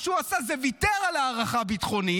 מה שהוא עשה זה ויתר על הערכה ביטחונית,